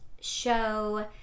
show